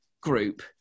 Group